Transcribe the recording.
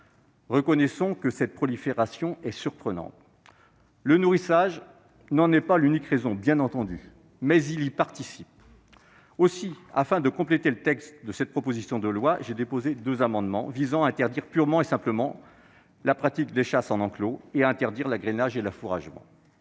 Reconnaissons-le, une telle prolifération est surprenante. Si le nourrissage n'en est pas l'unique raison, il y participe. Aussi, afin de compléter le texte de cette proposition de loi, j'ai déposé deux amendements visant à interdire purement et simplement la pratique des chasses en enclos, ainsi que l'agrainage et l'affouragement.